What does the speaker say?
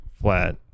flat